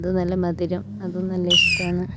അത് നല്ല മധുരം അതും നല്ല ഇഷ്ട്ടാന്ന്